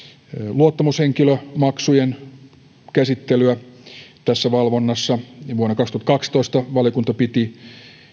luottamushenkilömaksujen käsittelyä tässä valvonnassa ja vuonna kaksituhattakaksitoista valiokunta piti